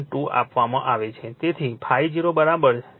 2 આપવામાં આવે છે